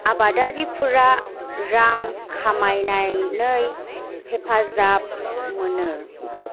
आबादारिफोरा रां खामायनानै हेफाजाब मोनो